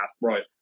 Right